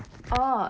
orh